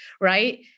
right